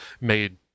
made